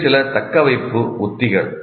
இவை சில தக்கவைப்பு உத்திகள்